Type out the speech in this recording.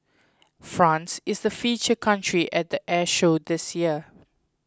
France is the feature country at the air show this year